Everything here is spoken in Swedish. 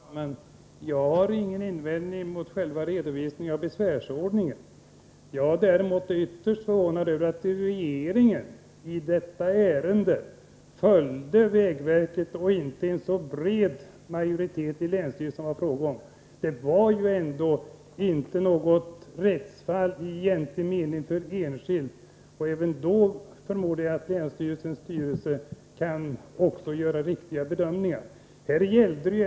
Fru talman! Jag har inga invändningar mot själva redovisningen av besvärsordningen. Jag är däremot ytterst förvånad över att regeringen i detta ärende följde vägverket och inte förslaget från den breda majoritet i länsstyrelsen som förelåg. Det var ju ändå inte något rättsfall för enskild i egentlig mening — jag förmodar emellertid att länsstyrelsens styrelse kan göra riktiga bedömningar även i ett sådant fall.